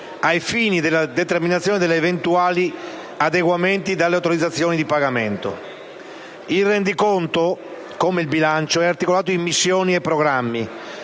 ai fini della determinazione degli eventuali adeguamenti delle autorizzazioni di pagamento. Il rendiconto, come il bilancio, è articolato in missioni e programmi